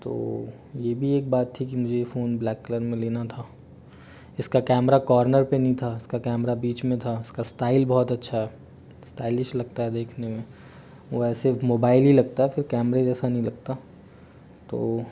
तो ये भी एक बात थी की मुझे ये फ़ोन ब्लैक कलर में लेना था इसका कैमरा कॉर्नर पे नहीं था इसका कैमरा बीच में था इसका स्टाइल बहुत अच्छा स्टाइलिश लगता है देखनें में वैसे मोबाईल ही लगता फिर कैमरे जैसा नहीं लगता तो